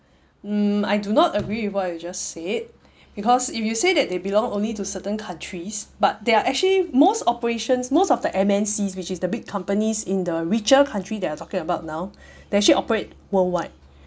mm I do not agree with what you've just said because if you say that they belong only to certain countries but there are actually most operations most of the M_N_Cs which is the big companies in the richer country that we're talking about now they actually operate worldwide